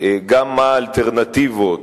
גם מה האלטרנטיבות,